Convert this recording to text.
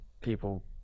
people